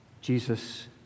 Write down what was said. Jesus